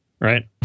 right